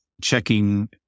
checking